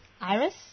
Iris